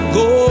go